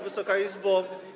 Wysoka Izbo!